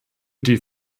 die